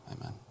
Amen